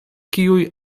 kiuj